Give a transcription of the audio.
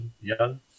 young